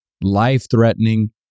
Life-threatening